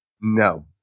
No